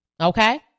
okay